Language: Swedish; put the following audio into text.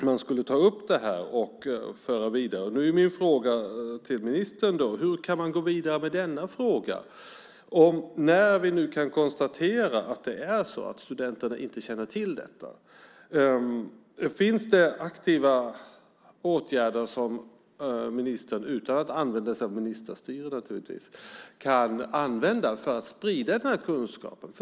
Man skulle ta upp det och föra det vidare. Min fråga till ministern är: Hur kan man gå vidare med denna fråga när vi nu kan konstatera att studenterna inte känner till detta? Finns det aktiva åtgärder som ministern, utan att använda sig av ministerstyre naturligtvis, kan använda för att sprida kunskapen?